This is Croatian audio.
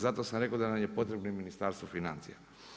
Zato sam rekao da nam je potrebno i Ministarstvo financija.